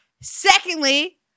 Secondly